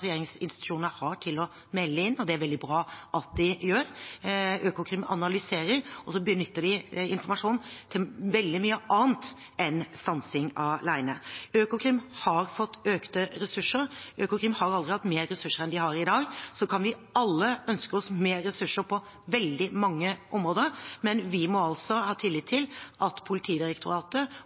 har til å melde inn, og det er veldig bra at de gjør det. Økokrim analyserer, og de benytter informasjonen til veldig mye annet enn stansing alene. Økokrim har fått økte ressurser. Økokrim har aldri hatt mer ressurser enn de har i dag. Vi kan alle ønske oss mer ressurser på veldig mange områder, men vi må altså ha tillit til at Politidirektoratet